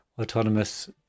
autonomous